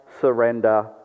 surrender